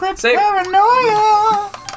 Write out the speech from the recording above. paranoia